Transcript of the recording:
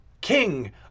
king